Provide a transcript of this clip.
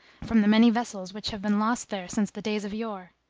from the many vessels which have been lost there since the days of yore.